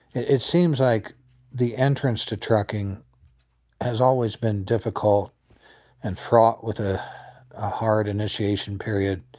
it seems like the entrance to trucking has always been difficult and fraught with a hard initiation period.